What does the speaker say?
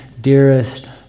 dearest